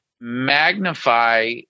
magnify